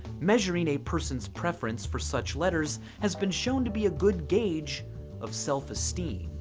measuring a person's preference for such letters has been shown to be a good gauge of self-esteem.